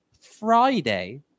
Friday